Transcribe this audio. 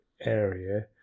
area